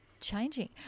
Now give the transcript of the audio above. changing